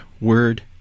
word